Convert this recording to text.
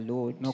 Lord